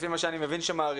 לפי מה שאני מבין שמעריכים,